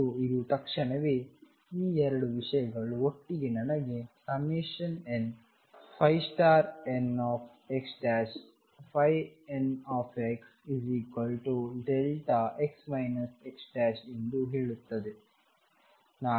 ಮತ್ತು ಇದು ತಕ್ಷಣವೇ ಈ 2 ವಿಷಯಗಳು ಒಟ್ಟಿಗೆ ನನಗೆ nnxnxδx x ಹೇಳುತ್ತದೆ